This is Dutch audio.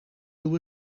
doe